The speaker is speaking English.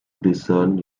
discern